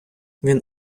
він